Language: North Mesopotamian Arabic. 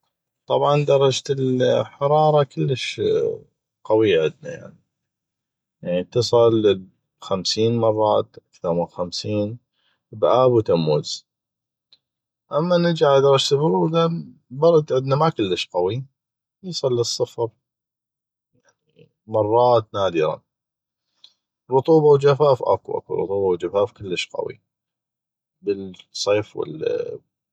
طبعا درجة الحرارة كلش قوي عدنا يعني تصل 50 مرات اكثغ من 50 ب أب وتموز اما درجة البرودة ما كلش قوي عدنا تصل للصفر مرات نادره رطوبه وجفاف اكو اكو رطوبه وجفاف كلش قوي بالصيف